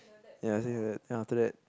ya something like that then after that